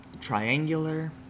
Triangular